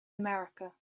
america